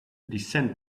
descent